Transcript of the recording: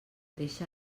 deixa